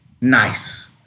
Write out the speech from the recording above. nice